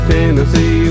Tennessee